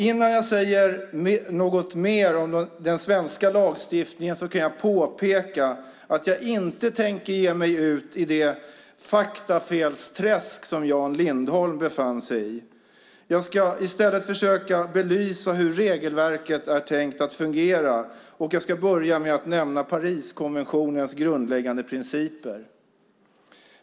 Innan jag säger något mer om den svenska lagstiftningen kan jag påpeka att jag inte tänker ge mig ut i det faktafelsträsk som Jan Lindholm befann sig i. Jag ska i stället föröka belysa hur regelverket är tänkt att fungera, och jag börjar med att nämna Pariskonventionens grundläggande principer.